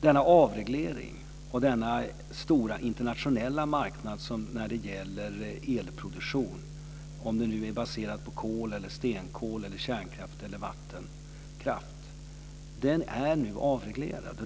Denna stora internationella marknad för elproduktion, om den nu är baserad på kol eller stenkol, kärnkraft eller vattenkraft, är nu avreglerad.